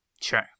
Sure